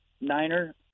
Niner